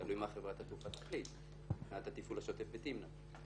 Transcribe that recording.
תלוי מה חברת התעופה תחליט מבחינת התפעול השוטף בתמנע.